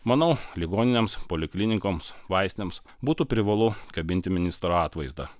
manau ligoninėms poliklinikoms vaistinėms būtų privalu kabinti ministro atvaizdą